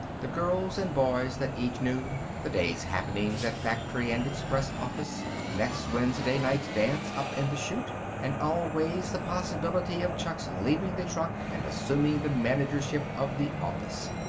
the girls and boys that each knew the day's happenings at factory and express office next wednesday night's dance up in the chute and always the possibility of chuck's leaving the truck and assuming the managership of the office.